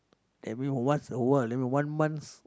every once a while every one months